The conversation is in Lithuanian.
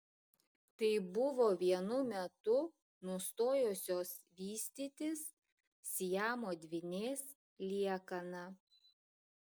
tai buvo vienu metu nustojusios vystytis siamo dvynės liekana